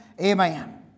Amen